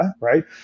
right